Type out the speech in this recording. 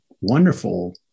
wonderful